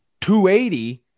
280